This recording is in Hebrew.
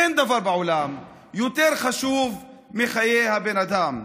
אין דבר בעולם יותר חשוב מחיי האדם.